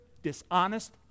dishonest